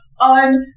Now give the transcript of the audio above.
on